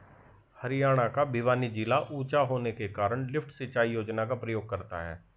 हरियाणा का भिवानी जिला ऊंचा होने के कारण लिफ्ट सिंचाई योजना का प्रयोग करता है